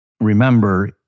remember